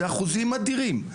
זה אחוזים אדירים.